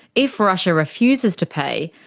if russia refuses to pay,